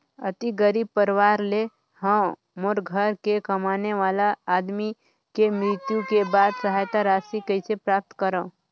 अति गरीब परवार ले हवं मोर घर के कमाने वाला आदमी के मृत्यु के बाद सहायता राशि कइसे प्राप्त करव?